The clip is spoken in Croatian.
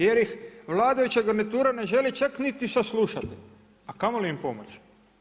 Jer ih vladajuća garnitura ne želi čak niti saslušati, a kamoli im pomoći.